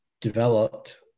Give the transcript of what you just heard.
developed